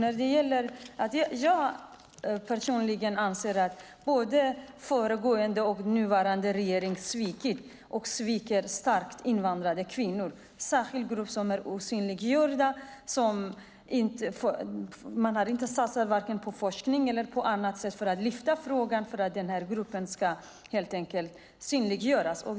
Jag anser personligen att både föregående och nuvarande regering svikit och starkt sviker invandrade kvinnor. Det är en särskild grupp som är osynliggjord och där man inte har satsat på vare sig forskning eller något annat för att lyfta fram frågan och för att gruppen ska synliggöras.